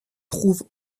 trouve